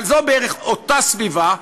אבל זו בערך אותה סביבה,